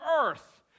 earth